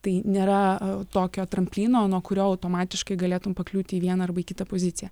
tai nėra tokio tramplyno nuo kurio automatiškai galėtum pakliūti į vieną arba į kitą poziciją